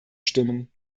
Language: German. stimmen